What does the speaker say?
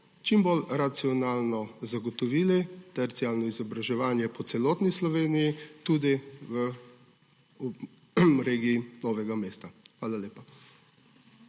čim bolj racionalno zagotovili terciarno izobraževanje po celotni Sloveniji in tudi v regiji Novega mesta. Hvala lepa.